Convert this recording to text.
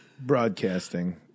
broadcasting